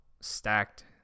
stacked